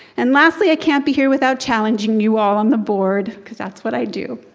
and lastly, i can't be here without challenging you all on the board cause that's what i do.